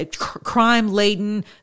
crime-laden